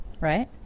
right